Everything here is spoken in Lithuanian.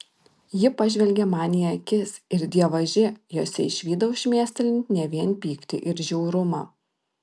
ji pažvelgė man į akis ir dievaži jose išvydau šmėstelint ne vien pyktį ir žiaurumą